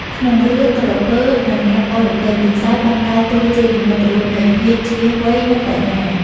ក្នុងរឿង "ក្រពើនឹងអ្នកបរទេះ" ទន្សាយបានដើរតួជានិមិត្តរូបនៃភាពឈ្លាសវៃ និងប្រាជ្ញា។